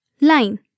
line